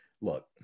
look